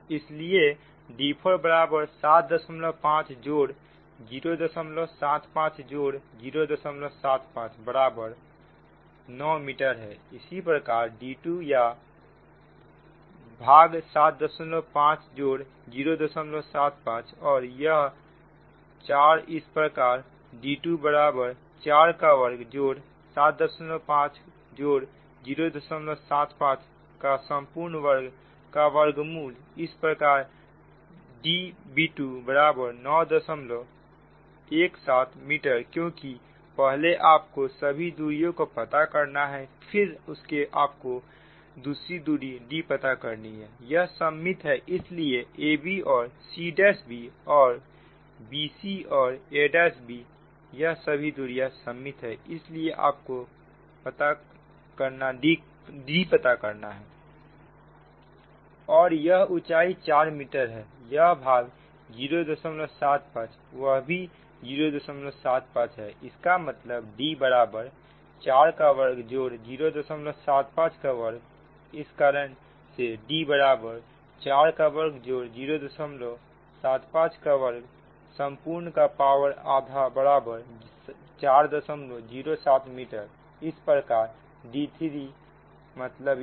इसलिए d4 बराबर 75 जोड़ 075 जोड़ 075 बराबर 9 मीटर है इसी प्रकार d2 या भाग 75 जोड़ 075 और यह 4 इस प्रकार d2 बराबर 4 का वर्ग जोड़ 75 जोड़ 075 का संपूर्ण वर्ग का वर्गमूल इस प्रकार dbb2 बराबर 917 मीटर क्योंकि पहले आपको सभी दूरियां को पता करना है फिर उससे आपको दूसरी दूरी D पता करनी है यह सममित है इसलिए a b और c'b और b c और a'b' यह सभी दूरियां सममित है इसलिए आपको D पता करना है और यह ऊंचाई 4 मीटर है यह भाग 075 वह भी 075 है इसका मतलब D बराबर 4 का वर्ग जोड़ 075 का वर्ग इस कारण से D बराबर 4 का वर्ग जोड़ 075 का वर्ग संपूर्ण का पावर आधा बराबर 407 मीटर इसी प्रकार d3 d3 मतलब यह